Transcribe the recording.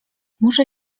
muszę